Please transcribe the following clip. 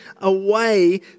away